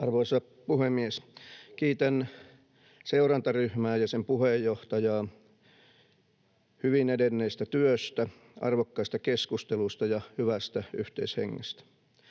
Arvoisa puhemies! Kiitän seurantaryhmää ja sen puheenjohtajaa hyvin edenneestä työstä, arvokkaista keskusteluista ja hyvästä yhteishengestä.